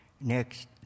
Next